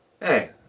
Hey